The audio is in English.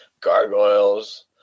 gargoyles